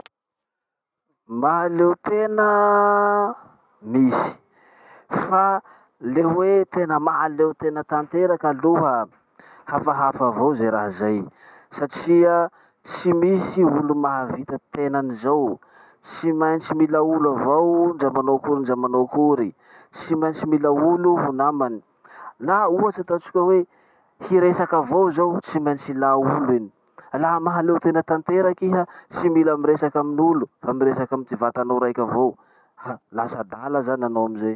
Mahaleotena misy fa le hoe tena mahaleotena tena tanteraky aloha hafahafa avao ze raha zay satria tsy misy olo mahavita tenany zao, tsy maintsy mila olo avao o ndra manao akory ndra manao akory. Tsy maintsy mila olo ho namany. Na ohatsy ataotsika hoe hiresaky avao zao tsy maintsy ilà olo iny. Fa laha mahaleotena tanteraky iha tsy mila miresaky amin'olo fa miresaky amy ty vatanao raiky avao. Ha! lasa adala zany hanao amizay.